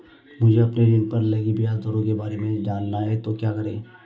मुझे अपने ऋण पर लगी ब्याज दरों के बारे में जानना है तो क्या करें?